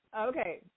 Okay